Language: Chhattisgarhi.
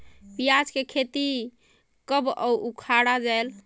पियाज के खेती कब अउ उखाड़ा जायेल?